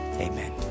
Amen